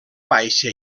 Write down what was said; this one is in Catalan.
baixa